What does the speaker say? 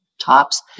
tops